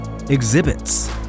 exhibits